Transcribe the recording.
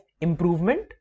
improvement